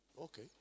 Okay